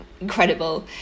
incredible